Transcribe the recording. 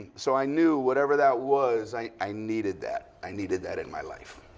so i knew whatever that was, i i needed that. i needed that in my life.